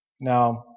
Now